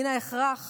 מן ההכרח